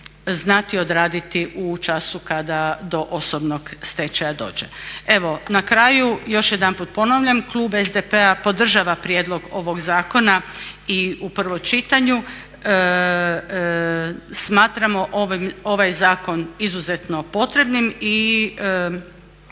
znati odraditi u času kada do osobnog stečaja dođe. Na kraju još jedanput ponavljam, klub SDP-a podržava prijedlog ovog zakona u prvom čitanju. Smatramo ovaj zakon izuzetno potrebnim i